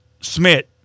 Smith